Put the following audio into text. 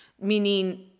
Meaning